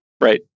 Right